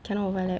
cannot overlap